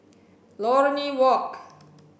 Lornie Walk